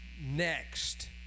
next